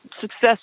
success